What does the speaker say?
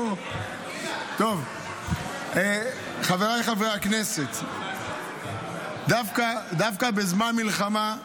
טוב, חבריי חברי הכנסת, דווקא בזמן מלחמה,